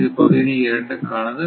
இது பகுதி 2 க்கானது